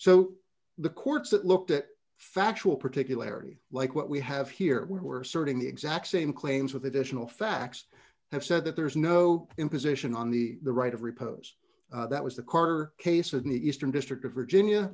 so the courts that looked at factual particulary like what we have here were asserting the exact same claims with additional facts have said that there is no imposition on the the right of repose that was the corner case in the eastern district of virginia